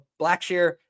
Blackshear